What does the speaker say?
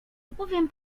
opowiem